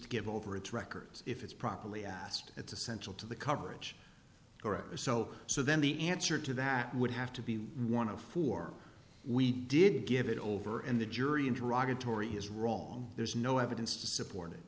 to give over its records if it's properly asked it's essential to the coverage or so so then the answer to that would have to be one of four we did give it over and the jury interacted tory is wrong there's no evidence to support it